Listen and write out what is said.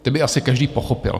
Ty by asi každý pochopil.